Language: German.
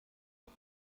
auf